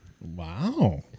Wow